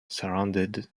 surrounded